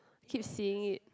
keep seeing it